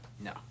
No